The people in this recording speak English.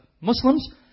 Muslims